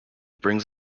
brings